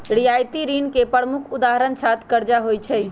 रियायती ऋण के प्रमुख उदाहरण छात्र करजा होइ छइ